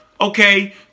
okay